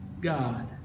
God